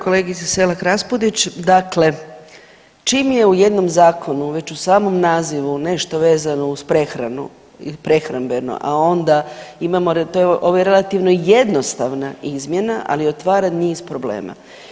Kolegice Selak Raspudić, dakle čim je u jednom zakonu već u samom nazivu nešto vezano uz prehranu i prehrambeno, a onda imamo, ovo je relativno jednostavna izmjena ali otvara niz problema.